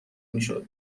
میشد